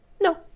no